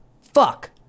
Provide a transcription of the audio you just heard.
fuck